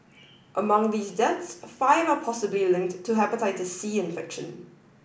among these deaths five are possibly linked to Hepatitis C infection